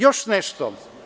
Još nešto.